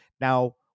Now